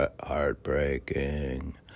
heartbreaking